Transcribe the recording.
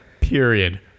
Period